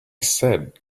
said